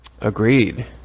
Agreed